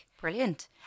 Brilliant